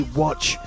watch